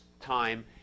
time